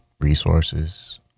resources